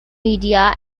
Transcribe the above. media